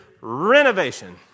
renovation